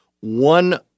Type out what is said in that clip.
one